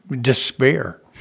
despair